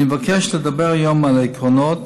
אני מבקש לדבר היום על העקרונות